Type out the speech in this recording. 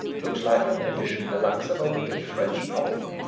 looks like an edition de luxe of a wicked french novel,